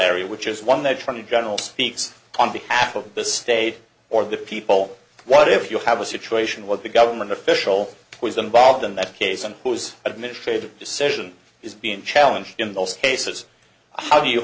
larry which is one they're trying to general speaks on behalf of the state or the people what if you have a situation what the government official who is involved in that case and whose administrative decision is being challenged in those cases how do you